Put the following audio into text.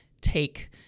take